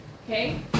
Okay